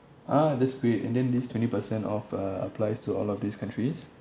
ah that's great and then this twenty percent off uh applies to all of these countries